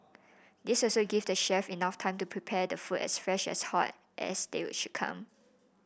this also give the chef enough time to prepare the food as fresh and hot as they will should come